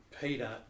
Peter